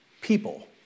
people